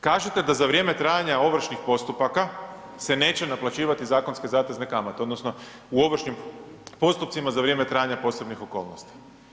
Kažete da za vrijeme trajanja ovršnih postupaka se neće naplaćivati zakonske zatezne kamate odnosno u ovršnim postupcima za vrijeme trajanja posebnih okolnosti.